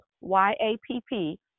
Y-A-P-P